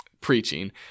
preaching